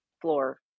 floor